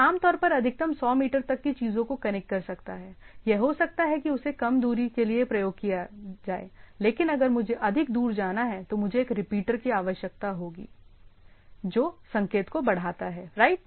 यह आम तौर पर अधिकतम 100 मीटर तक चीजों को कनेक्ट कर सकता हैयह हो सकता है कि उसे कम दूरी के लिए प्रयोग किया जाए लेकिन अगर मुझे अधिक दूर जाना है तो मुझे एक रिपीटर की आवश्यकता होती है जो संकेत को बढ़ाता है राइट